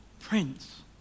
Prince